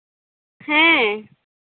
ᱦᱮᱸ